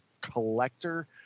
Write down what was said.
collector